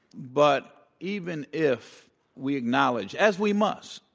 but even if we acknowledge, as we must,